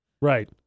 Right